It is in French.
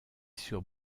sur